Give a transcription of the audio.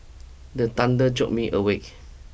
the thunder jolt me awake